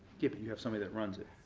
yeah, but you have somebody that runs it.